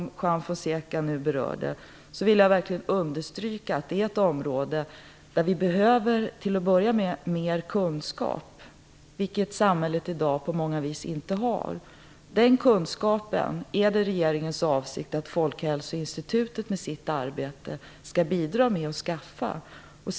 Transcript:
Jag vill verkligen understryka att det är ett område där vi behöver mer kunskap, vilket samhället i dag på många sätt inte har. Den kunskapen är det regeringens avsikt att Folkhälsoinstitutet med sitt arbete skall bidra till att skaffa fram.